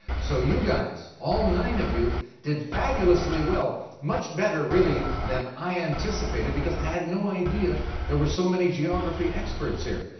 so you guys, all nine of you did fabulously well. much better, really, than i anticipated because i had no idea there were so many geography experts here.